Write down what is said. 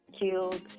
killed